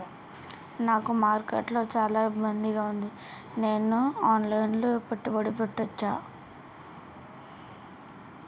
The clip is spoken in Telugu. నాకు మార్కెట్స్ లో చాలా ఇబ్బందిగా ఉంది, నేను ఆన్ లైన్ లో పెట్టుబడులు పెట్టవచ్చా?